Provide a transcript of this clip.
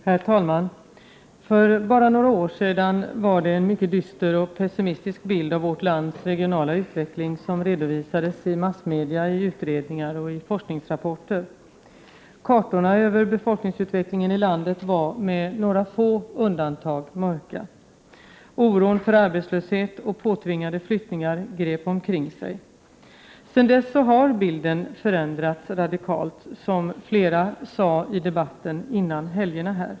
Herr talman! För bara några år sedan var det en mycket dyster och pessimistisk bild av vårt lands regionala utveckling som redovisades i massmedia, utredningar och forskningsrapporter. Kartorna över befolkningsutvecklingen i landet var, med några få undantag, mörka. Oron för arbetslöshet och påtvingade flyttningar grep omkring sig. Sedan dess har bilden förändrats radikalt, som flera talare sade i debatten här i riksdagen före helgerna.